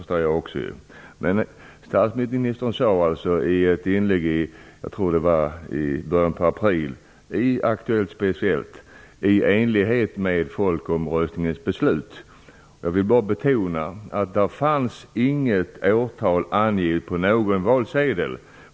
Statsministern använde i ett inlägg i början av april i programmet Speciellt orden "i enlighet med folkomröstningens beslut". Jag vill bara betona att det inte fanns något årtal angivet på någon valsedel.